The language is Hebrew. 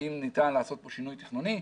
האם ניתן לעשות שינוי תכנוני,